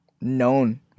known